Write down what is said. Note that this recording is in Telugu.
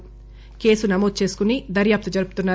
పోలీసులు కేసు నమోదు చేసుకుని దర్యాప్తు జరుపుతున్నారు